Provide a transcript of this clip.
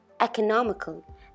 economical